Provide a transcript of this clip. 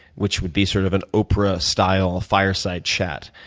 which would be sort of an oprah-style fireside chat.